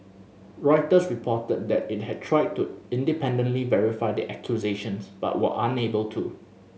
Reuters reported that it had tried to independently verify the accusations but were unable to